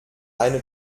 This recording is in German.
eine